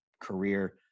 career